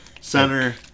Center